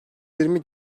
yirmi